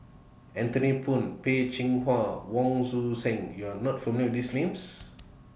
Anthony Poon Peh Chin Hua Wong Tuang Seng YOU Are not familiar with These Names